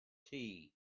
tea